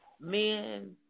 men